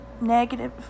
negative